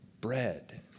bread